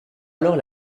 alors